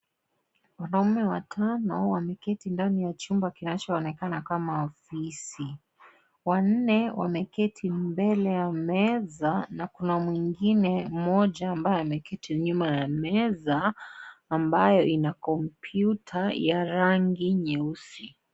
Wanaume watano wameketi ndani ya chumba kinachoonekana kama ofisi wanne wameketi mbele ya meza na kuna mwingine mmoja ameketi nyuma ya meza ambayo ina kompyuta ya rangi nyeusi.